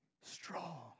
strong